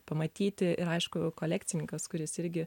pamatyti ir aišku kolekcininkas kuris irgi